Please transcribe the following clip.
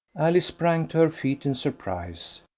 alice sprang to her feet in surprise.